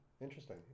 Interesting